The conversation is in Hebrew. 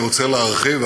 אני רוצה להרחיב,